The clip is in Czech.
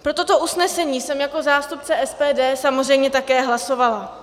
Pro toto usnesení jsem jako zástupce SPD samozřejmě také hlasovala.